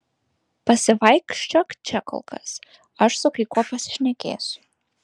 pasivaikščiok čia kol kas aš su kai kuo pasišnekėsiu